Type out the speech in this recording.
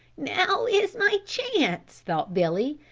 now is my chance, thought billy,